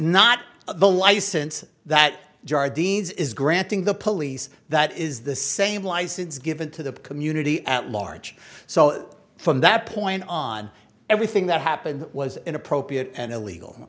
not the license that jar deans is granting the police that is the same license given to the community at large so from that point on everything that happened was inappropriate and illegal